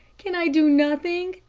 can i do nothing?